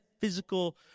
physical